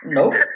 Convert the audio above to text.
Nope